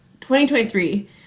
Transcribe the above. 2023